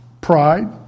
pride